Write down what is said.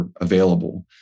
available